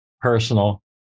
personal